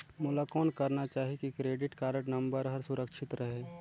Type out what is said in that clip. मोला कौन करना चाही की क्रेडिट कारड नम्बर हर सुरक्षित रहे?